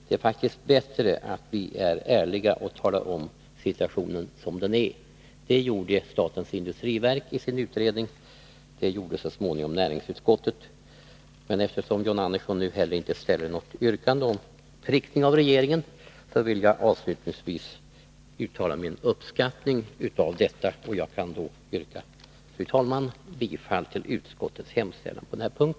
Det är bättre att vi är ärliga och talar om situationen som den är. Det gjorde statens industriverk i sin utredning, och det gjorde så småningom näringsutskottet. Eftersom John Andersson nu inte ställer något yrkande om prickning av regeringen, vill jag avslutningsvis uttala min uppskattning av detta, och jag ansluter mig, fru talman, till vad utskottet anfört på denna punkt.